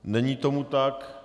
Není tomu tak.